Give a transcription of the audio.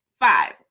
five